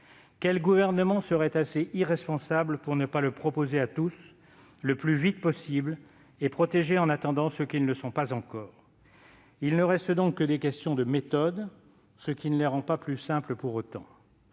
Quel gouvernement serait assez irresponsable pour ne pas le proposer à tous, le plus vite possible, et pour ne pas protéger en attendant ceux qui ne le sont pas encore ? Il ne reste donc que des questions de méthode, ce qui ne les rend pas plus simples pour autant.